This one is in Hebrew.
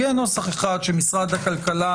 יהיה נוסח אחד שמשרד הכלכלה,